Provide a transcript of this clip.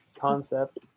Concept